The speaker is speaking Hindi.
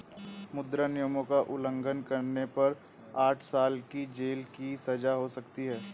मुद्रा नियमों का उल्लंघन करने पर आठ साल की जेल की सजा हो सकती हैं